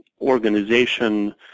organization